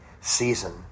season